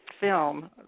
film